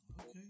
okay